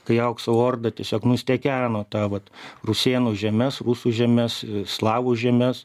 kai aukso orda tiesiog nustekeno tą vat rusėnų žemes rusų žemes slavų žemes